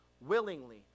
willingly